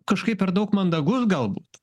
kažkaip per daug mandagus galbūt